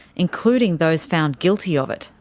including those found guilty of it.